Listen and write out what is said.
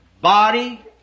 Body